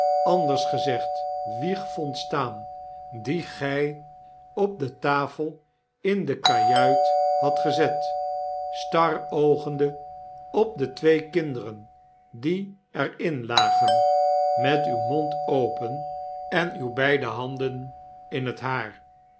anders gezegd wieg vond staan die gy op de tafel in de kajuit hadt gezet staroogende op de twee kinderen die er in lagen met uw mond open en uwbeide handen in het haar